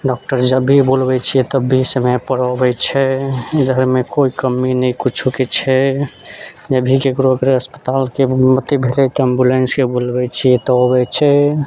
doctor जब भी बोलबै छियै तब भी समयपर अबै छै इधरमे कोइ कमी ने कुछोके छै जब भी ककरो अस्पतालके अथी भेलै तऽ एम्बुलेंसके बोलबै छियै तऽ अबै छै